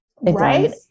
Right